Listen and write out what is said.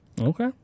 Okay